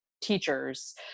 teachers